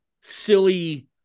silly